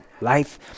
Life